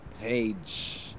page